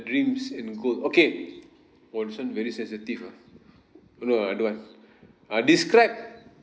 dreams and goal okay oh this [one] very sensitive ah no I don't want uh describe